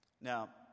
Now